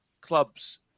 clubs